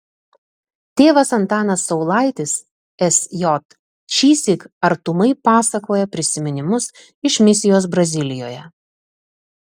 tėvas antanas saulaitis sj šįsyk artumai pasakoja prisiminimus iš misijos brazilijoje